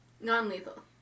Non-lethal